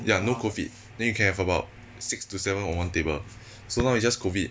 ya no COVID then you can have about six to seven on one table so now is just COVID